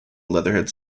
leatherhead